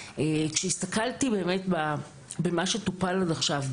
כשהסתכלתי במה שטופל עד עכשיו,